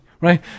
Right